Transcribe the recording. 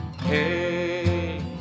Hey